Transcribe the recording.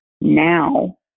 now